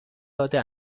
داده